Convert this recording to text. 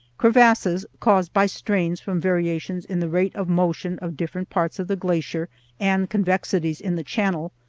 crevasses, caused by strains from variations in the rate of motion of different parts of the glacier and convexities in the channel,